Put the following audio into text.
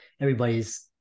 everybody's